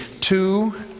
two